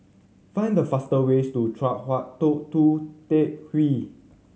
find the fastest ways to Chong Hua Tong Tou Teck Hwee